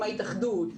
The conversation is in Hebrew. עם ההתאחדות,